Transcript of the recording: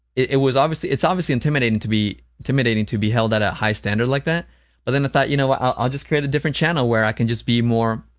it was obviously it's obviously intimidating to be intimidating to be held at a high standard like that but then i thought, you know what? i'll just create a different channel where i can just be more